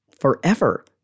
forever